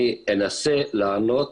אני אנסה לענות,